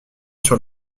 sur